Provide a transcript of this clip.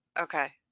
Okay